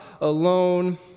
alone